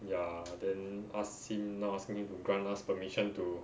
ya then ask him now asking him to grant us permission to